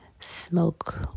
smoke